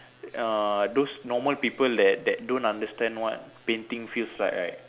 uh those normal people that that don't understand what painting feels like right